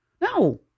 No